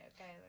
okay